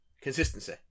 consistency